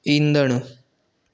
ईंदड़ु